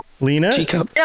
lena